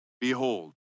Behold